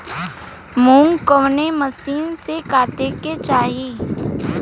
मूंग कवने मसीन से कांटेके चाही?